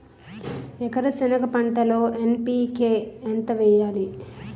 ఎకర సెనగ పంటలో ఎన్.పి.కె ఎంత వేయాలి?